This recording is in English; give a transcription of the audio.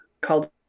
called